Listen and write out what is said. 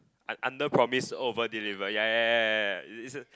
un~ under promise over deliver ya ya ya ya ya is a